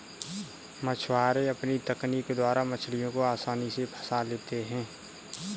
मछुआरे अपनी तकनीक द्वारा मछलियों को आसानी से फंसा लेते हैं